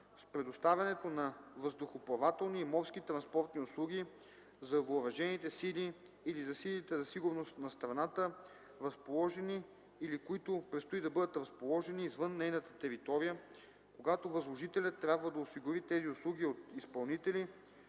с предоставянето на въздухоплавателни и морски транспортни услуги за въоръжените сили или за силите за сигурност на страната, разположени или които предстои да бъдат разположени извън нейната територия, когато възложителят трябва да осигури тези услуги от изпълнители,